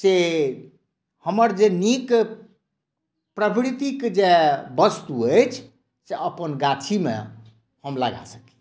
से हमर जे नीक प्रवृतिक जे वस्तु अछि से अपन गाछीमे हम लगा सकी